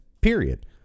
period